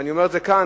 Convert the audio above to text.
ואני אומר את זה כאן,